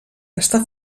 està